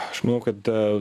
aš manau kada